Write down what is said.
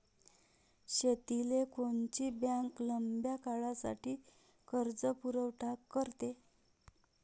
शेतीले कोनची बँक लंब्या काळासाठी कर्जपुरवठा करते?